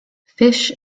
fish